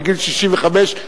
בגיל 65,